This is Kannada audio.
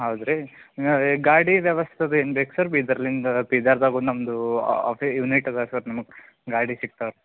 ಹೌದು ರೀ ಗಾಡಿ ವ್ಯವಸ್ಥೆ ಅದು ಏನು ಬೇಕು ಸರ್ ಬೀದರಿಂದ ಬೀದರದಾಗು ನಮ್ಮದು ಯುನಿಟ್ ಇದೆ ಸರ್ ನಿಮಗೆ ಗಾಡಿ ಸಿಗ್ತವೆ